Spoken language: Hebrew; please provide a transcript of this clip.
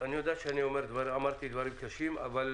אני יודע שאני אמרתי דברים קשים, אבל